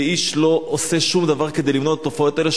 ואיש לא עושה שום דבר כדי למנוע את התופעות האלה,